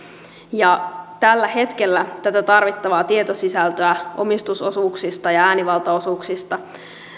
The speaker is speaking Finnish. tällä hetkellä tätä tarvittavaa tietosisältöä omistusosuuksista ja äänivaltaosuuksista